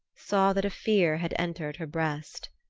saw that a fear had entered her breast.